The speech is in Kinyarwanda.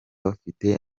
bafite